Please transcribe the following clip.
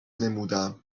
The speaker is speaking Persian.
نمودم